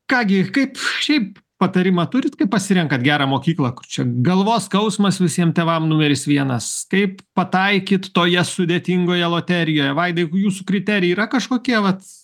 ką gi kaip šiaip patarimą turit kaip pasirenkat gerą mokyklą kur čia galvos skausmas visiem tėvam numeris vienas kaip pataikyt toje sudėtingoje loterijoje vaidai jūsų kriterijai yra kažkokie vat